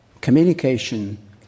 Communication